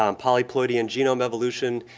um polyploidian genome evolution,